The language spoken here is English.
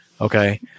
Okay